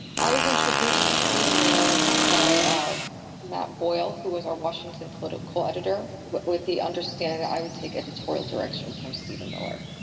i was introduced to steven miller by matt boyle, who was our washington political editor with the understanding i would take editorial direction from steven miller.